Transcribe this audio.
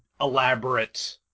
elaborate